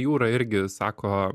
jūra irgi sako